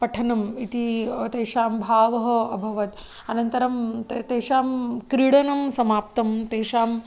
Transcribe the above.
पठनम् इति तेषां भावः अभवत् अनन्तरं ते तेषां क्रीडनं समाप्तं तेषाम्